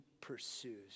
pursues